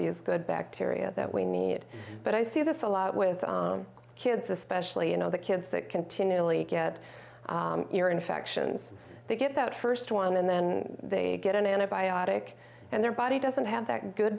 these good bacteria that we need but i see this a lot with kids especially you know the kids that continually get infections they get that first one and then they get an antibiotic and their body doesn't have that good